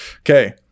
Okay